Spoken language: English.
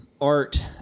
art